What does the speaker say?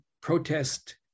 protest